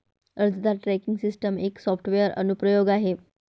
अर्जदार tracking system एक software अनुप्रयोग आहे